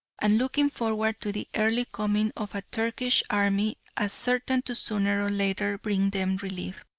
and looking forward to the early coming of a turkish army as certain to sooner or later bring them relief,